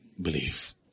believe